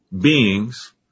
beings